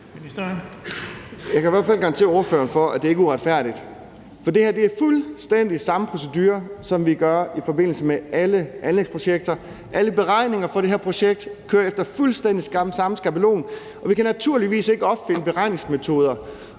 Jeg kan i hvert fald garantere ordføreren for, at det ikke er uretfærdigt. For det her er fuldstændig samme procedure, som vi har i forbindelse med alle anlægsprojekter. Alle beregninger for det her projekt kører efter fuldstændig samme skabelon, og vi kan naturligvis ikke opfinde beregningsmetoder